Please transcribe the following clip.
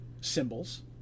symbols